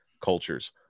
cultures